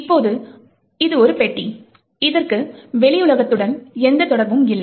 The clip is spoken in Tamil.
இப்போது இது ஒரு பெட்டி இதற்கு வெளி உலகத்துடன் எந்த தொடர்பும் இல்லை